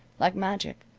like magic,